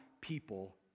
people